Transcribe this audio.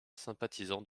sympathisant